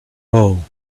hole